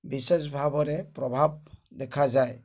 ବିଶେଷ ଭାବରେ ପ୍ରଭାବ ଦେଖାଯାଏ